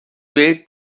way